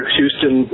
Houston